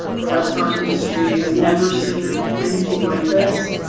the restaurant industry has never seen anything like this.